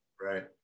right